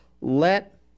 Let